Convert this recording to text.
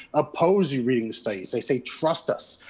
oppose you reading the studies. they say, trust us.